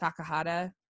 takahata